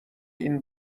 این